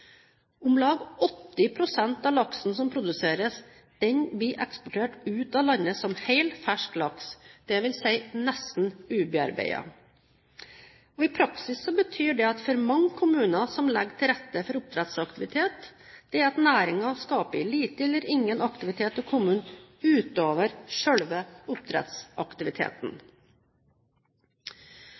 Om lag 80 pst. av laksen som produseres, blir eksportert ut av landet som hel fersk laks, dvs. nesten ubearbeidet. I praksis betyr det for mange kommuner som legger til rette for oppdrettsaktivitet, at næringen skaper lite eller ingen aktivitet i kommunen utover selve oppdrettsaktiviteten.